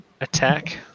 attack